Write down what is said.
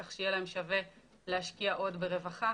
כך שיהיה להם שווה להשקיע עוד ברווחה.